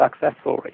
successfully